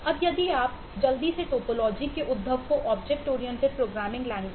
अब यदि आप जल्दी से टोपोलॉजी के उद्भव को ऑब्जेक्ट ओरिएंटेड प्रोग्रामिंग लैंग्वेज